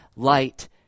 light